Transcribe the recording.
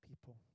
people